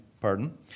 pardon